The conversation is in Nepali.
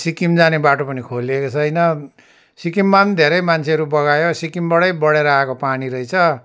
सिक्किम जाने बाटो पनि खोलिएको छैन सिक्किममा पनि धेरै मान्छेहरू बगायो सिक्किमबाटै बडेर आएको पानी रहेछ